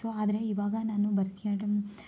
so ಆದರೆ ಇವಾಗ ನಾನು ಭರತ್ಯನಾಟ್ಯಂ